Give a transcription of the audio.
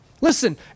Listen